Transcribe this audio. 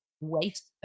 Waste